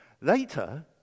Later